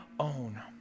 own